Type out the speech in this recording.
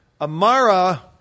Amara